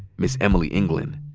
miss emily england.